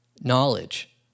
knowledge